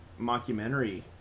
mockumentary